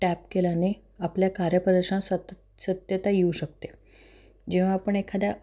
tap केल्याने आपल्या कार्यपरेशन सत सत्यता येऊ शकते जेव्हा आपण एखाद्या